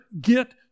get